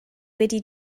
wedi